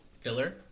Filler